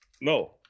No